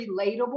relatable